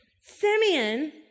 Simeon